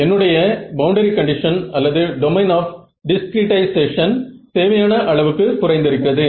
என்னுடைய boundary condition அல்லது domain of discretization தேவையான அளவுக்கு குறைந்திருக்கிறது